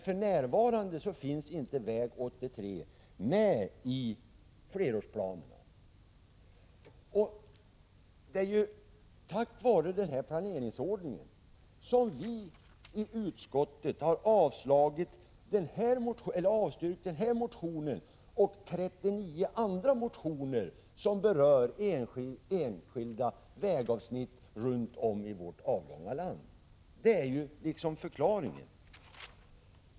För närvarande finns inte väg 83 med i flerårsplanerna. Det är just på grund av planeringsordningen som vi i utskottet har avstyrkt den här motionen och 39 andra motioner som berör enskilda vägavsnitt runt om i vårt avlånga land. Det är förklaringen.